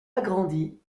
agrandie